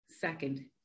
second-